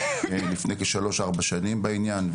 לפני כשלוש שנים בעניין,